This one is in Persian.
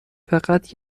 فقط